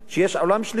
יש עולם שלישי,